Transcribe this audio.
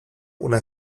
una